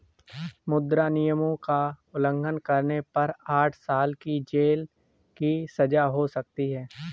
मुद्रा नियमों का उल्लंघन करने पर आठ साल की जेल की सजा हो सकती हैं